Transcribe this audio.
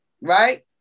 right